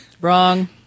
Wrong